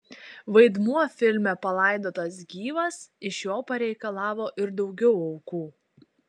vaidmuo filme palaidotas gyvas iš jo pareikalavo ir daugiau aukų